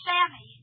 Sammy